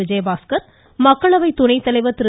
விஜயபாஸ்கர் மக்களவை துணைத்தலைவர் திரு